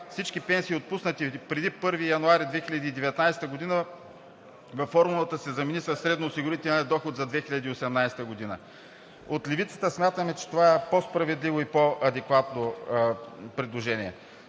всички пенсии, отпуснати преди 1 януари 2019 г., във формулата се замени със средноосигурителния доход за 2018 г. От Левицата смятаме, че това е по-справедливо и по-адекватно предложение.